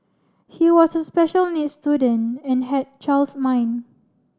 he was a special needs student and had child's mind